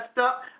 up